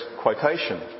quotation